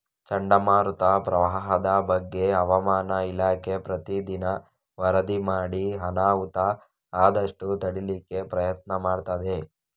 ಚಂಡಮಾರುತ, ಪ್ರವಾಹದ ಬಗ್ಗೆ ಹವಾಮಾನ ಇಲಾಖೆ ಪ್ರತೀ ದಿನ ವರದಿ ಮಾಡಿ ಅನಾಹುತ ಆದಷ್ಟು ತಡೀಲಿಕ್ಕೆ ಪ್ರಯತ್ನ ಮಾಡ್ತದೆ